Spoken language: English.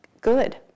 good